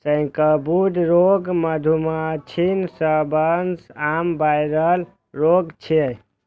sacbrood रोग मधुमाछीक सबसं आम वायरल रोग छियै